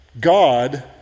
God